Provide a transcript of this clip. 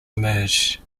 emerged